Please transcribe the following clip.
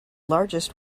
largest